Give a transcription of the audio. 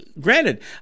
granted